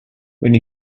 when